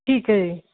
ਠੀਕ ਏ ਜੀ